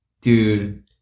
Dude